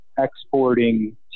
exporting